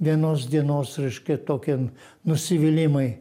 vienos dienos reiškia tokie nusivylimai